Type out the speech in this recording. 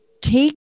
take